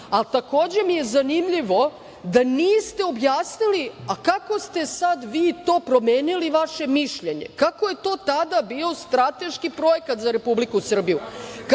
a takođe mi je zanimljivo da niste objasnili – kako ste vi to promenili vaše mišljenje, kako je to tada bio strateški projekat za Republiku Srbiju,